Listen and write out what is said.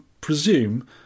presume